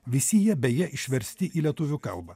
visi jie beje išversti į lietuvių kalbą